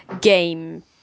game